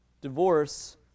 Divorce